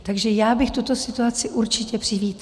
Takže já bych tuto situaci určitě přivítala.